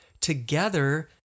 Together